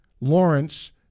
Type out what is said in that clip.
Lawrence